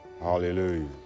Hallelujah